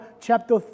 chapter